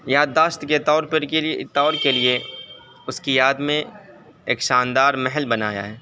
یادداشت کے طور پر کے لیے طور کے لیے اس کی یاد میں ایک شاندار محل بنایا ہے